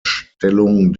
stellung